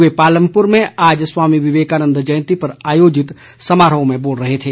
वे पालमपुर में आज स्वामी विवेकानन्द जयंती पर आयोजित समारोह में बोल रहे थे